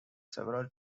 several